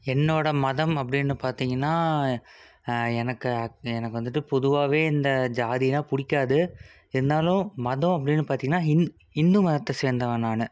என்னோடய மதம் அப்படின்னு பார்த்தீங்கன்னா எனக்கு அக் எனக்கு வந்துட்டு பொதுவாகவே இந்த ஜாதின்னால் பிடிக்காது இருந்தாலும் மதம் அப்படின்னு பார்த்தீங்கன்னா ஹிந் ஹிந்து மதத்தை சேர்ந்தவன் நான்